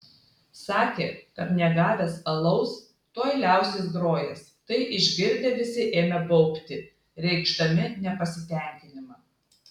sakė kad negavęs alaus tuoj liausis grojęs tai išgirdę visi ėmė baubti reikšdami nepasitenkinimą